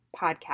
podcast